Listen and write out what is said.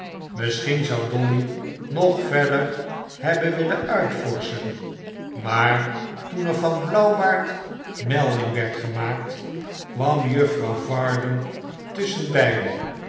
misschien zou dolly nog verder hebben willen uitvorschen maar toen er van blauwbaard melding werd gemaakt kwam juftrouw varden